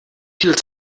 viel